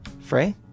Frey